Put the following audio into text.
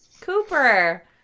Cooper